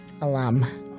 alum